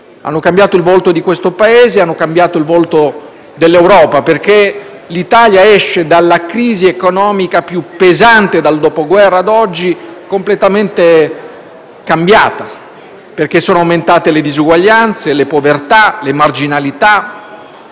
hanno cambiato il volto di questo Paese e dell'Europa, perché l'Italia esce dalla crisi economica più pesante dal dopoguerra ad oggi completamente cambiata, in quanto sono aumentate le disuguaglianze, le povertà, le marginalità,